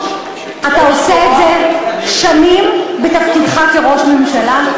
אתה עושה את זה שנים בתפקידך כראש ממשלה,